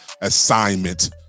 assignment